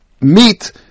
meet